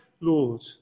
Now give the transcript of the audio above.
Lord